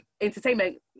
entertainment